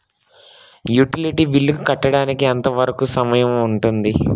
Utility bill కట్టడానికి ఎంత వరుకు సమయం ఉంటుంది?